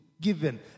given